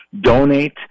donate